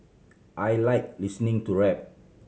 I like listening to rap